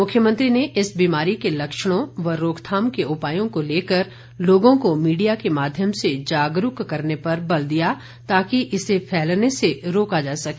मुख्यमंत्री ने इस बीमारी के लक्षणों व रोकथाम के उपायों को लेकर लोगों को मीडिया के माध्यम से जागरूक करने पर बल दिया ताकि इसे फैलने से रोका जा सके